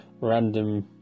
random